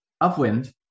upwind